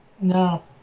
no